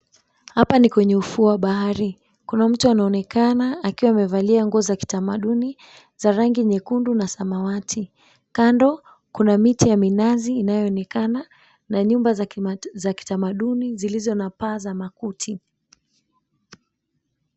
Hapa ni kwenye ufuo wa bahari. Kuna mtu anaonekana akiwa amevalia nguo za kitamaduni za rangi nyekundu na samawati. Kando, kuna miti ya minazi inayoonekana na nyumba za kitamaduni zilizo na paa za makuti.